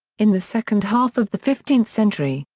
in the second half of the fifteenth century,